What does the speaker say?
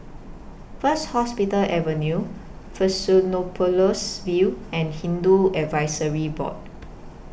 First Hospital Avenue Fusionopolis View and Hindu Advisory Board